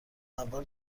اول